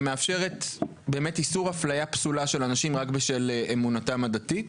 ומאפשרת איסור אפליה פסולה של אנשים רק בשל אמונתם הדתית.